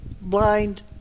blind